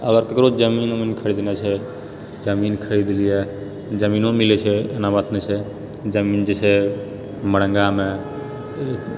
अगर ककरो जमीन उमीन खरीदनाइ छै तऽ जमीन खरीद लिअऽ जमीनो मिलैत छै एना बात नहि छै जमीन जे छै मरंङ्गामे